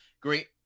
great